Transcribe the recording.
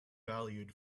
valued